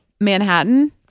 Manhattan